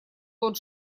тот